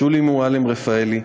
שולי מועלם-רפאלי,